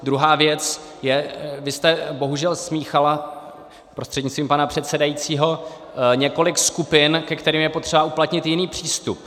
Druhá věc je, vy jste bohužel smíchala prostřednictvím pana předsedajícího několik skupin, ke kterým je potřeba uplatnit jiný přístup.